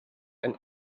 and